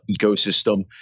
ecosystem